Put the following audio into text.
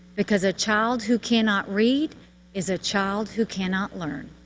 because a child who cannot read is a child who cannot learn.